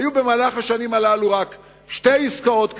היו בשנים האלה רק שתי עסקאות כאלה?